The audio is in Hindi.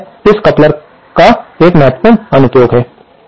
तो यह इस कपलर का 1 महत्वपूर्ण अनुप्रयोग है